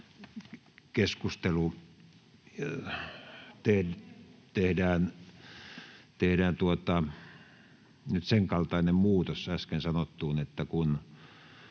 paikalla] Tehdään nyt sen kaltainen muutos äsken sanottuun, että kun